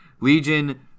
Legion